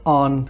on